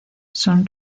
son